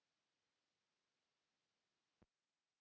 Kiitos.